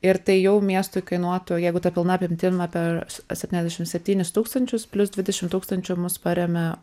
ir tai jau miestui kainuotų jeigu ta pilna apimtim apie septyniasdešim septynis tūkstančius plius dvidešim tūkstančių mus paremia